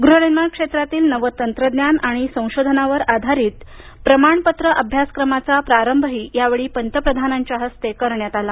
गृहनिर्माण क्षेत्रांतील नव्या तंत्रज्ञान आणि संशोधनावर आधारित प्रमाणपत्र अभ्यासक्रमाचा प्रारंभही यावेळी पंतप्रधानांच्या हस्ते करण्यात आला